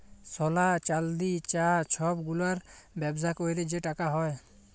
সলা, চাল্দি, চাঁ ছব গুলার ব্যবসা ক্যইরে যে টাকা হ্যয়